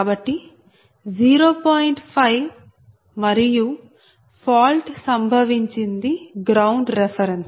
5 మరియు ఫాల్ట్ సంభవించింది ground reference